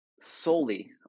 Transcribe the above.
solely